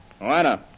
Moana